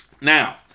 Now